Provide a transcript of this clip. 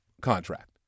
contract